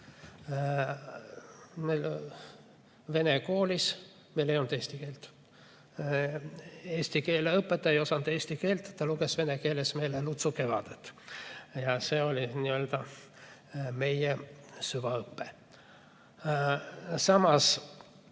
Vene koolis meil ei olnud eesti keelt. Eesti keele õpetaja ei osanud eesti keelt, ta luges vene keeles meile Lutsu "Kevadet" ja see oli meie süvaõpe. Samas